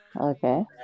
Okay